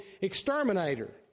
exterminator